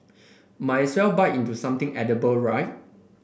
might as well bite into something edible right